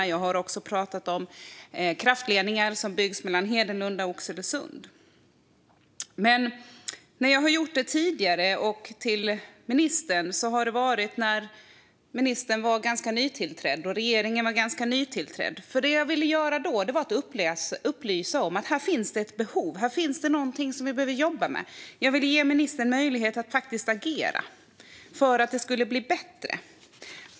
Jag har också pratat om kraftledningar som byggs mellan Hedenlunda och Oxelösund. När jag har tagit upp dessa exempel med ministern tidigare har dock ministern och regeringen varit ganska nytillträdda. Det jag ville göra då var att upplysa om att det finns ett behov och någonting att jobba med här. Jag ville ge ministern möjlighet att agera för att det skulle bli bättre.